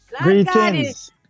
Greetings